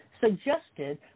suggested